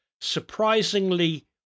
surprisingly